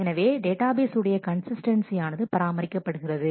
எனவே டேட்டாபேஸ் உடைய கன்சிஸ்டன்ஸி ஆனது பராமரிக்கப்படுகிறது